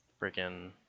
freaking